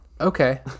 Okay